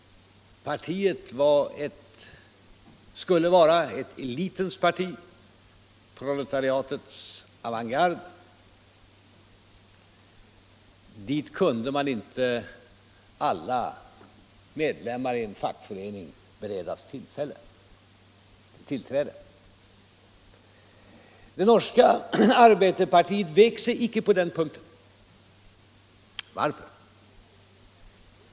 Partiet skulle vara ett elitens parti, proletariatets avantgarde. Dit kunde inte alla medlemmar i en fackförening beredas tillträde. Det norska arbeiderpartiet vek sig icke på den punkten. Varför?